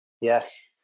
Yes